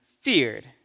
feared